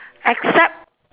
except